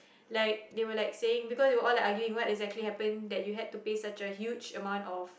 like they were like saying because they were all like arguing what exactly happened that you had to pay such a huge amount of